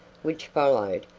which followed,